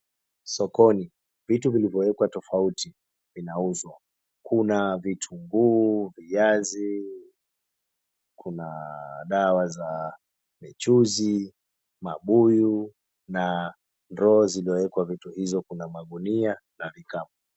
Sokoni vitu vilivyowekwa tofauti vinauzwa. Kuna vitunguu, viazi, kuna dawa za michuzi, mabuyu na row zilizowekwa vitu hizo kuna magunia na vikapu.